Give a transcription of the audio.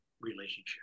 relationship